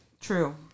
True